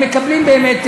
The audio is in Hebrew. הם מקבלים באמת,